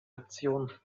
option